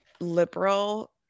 liberal